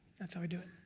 that's how i do it.